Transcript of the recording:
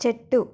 చెట్టు